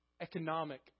economic